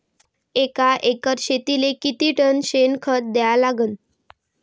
एका एकर शेतीले किती टन शेन खत द्या लागन?